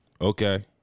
Okay